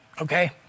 Okay